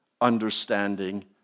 understanding